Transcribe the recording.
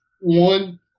one